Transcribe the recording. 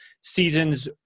seasons